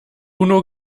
uno